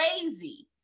crazy